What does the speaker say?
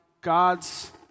God's